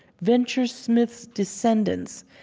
venture smith's descendants,